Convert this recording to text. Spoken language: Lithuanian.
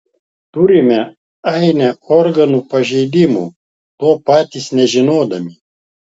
turime ainę organų pažeidimų to patys nežinodami